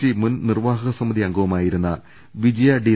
C മുൻ നിർവാഹക സമിതി അംഗവു മായിരുന്ന വിജയാ ഡി